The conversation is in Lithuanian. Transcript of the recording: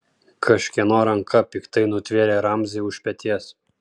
kažkieno ranka piktai nutvėrė ramzį už peties